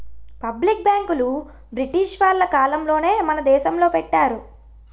public బ్యాంకులు British వాళ్ళ కాలంలోనే మన దేశంలో పెట్టారు